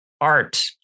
art